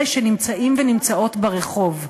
אלה שנמצאים ונמצאות ברחוב,